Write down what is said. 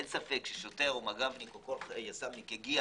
אין ספק שכל שוטר או מג"בניק או יס"מניק יגיע